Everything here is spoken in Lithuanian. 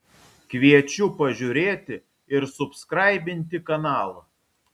kviečiu pažiūrėti ir subskraibinti kanalą